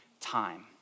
time